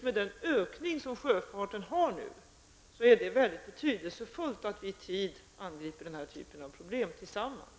Med den ökning som sjöfarten nu har är det naturligtvis väldigt betydelsefullt att vi i tid angriper den här typen av problem tillsammans.